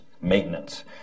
maintenance